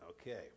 Okay